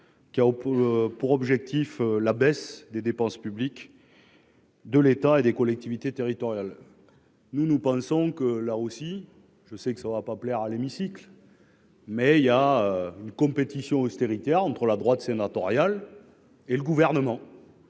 qui a pour pour objectifs la baisse des dépenses publiques. De l'État et des collectivités territoriales, nous, nous pensons que la aussi je sais que ça ne va pas plaire à l'hémicycle. Il avait été reconnu. Mais il y a une compétition austérité a entre la droite sénatoriale et le gouvernement.